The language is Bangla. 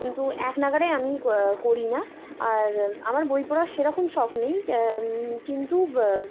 কিন্তু এক নাগারে আমি করি না আর আমার বই পড়া সেরকম শখ নেই কিন্তু